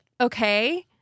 Okay